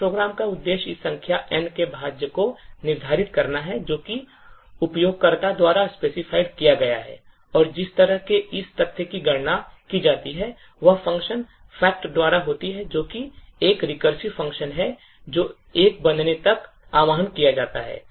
इस program का उद्देश्य इस संख्या N के भाज्य को निर्धारित करना है जो कि उपयोगकर्ता द्वारा specified किया गया है और जिस तरह से इस तथ्य की गणना की जाती है वह function फैक्ट द्वारा होती है जो कि एक recursive function है जो एक बनने तक आह्वान किया जाता है